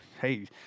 hey